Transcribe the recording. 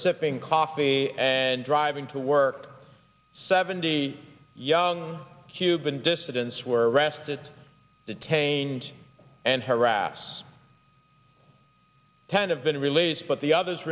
sipping coffee and driving to work seventy young cuban dissidents were arrested detained and harass ten have been released but the others